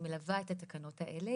אני מלווה את התקנות האלה,